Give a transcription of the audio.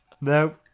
No